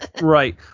Right